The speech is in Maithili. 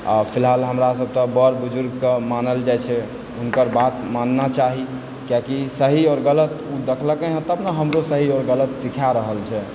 आ फिलहाल हमरासभ तऽ बड़ बुजुर्गकऽ मानल जाइ छै हुनकर बात मानना चाही किआकि सही आओर गलत देखलकै हँ तब ने हमरो सही आओर गलत सीखा रहल छै